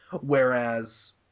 Whereas